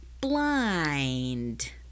Blind